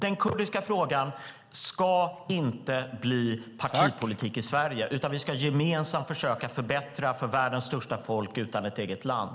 Den kurdiska frågan ska inte bli partipolitik i Sverige, utan vi ska gemensamt försöka förbättra för världens största folk utan ett eget land.